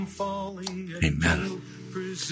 Amen